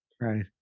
right